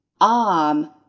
arm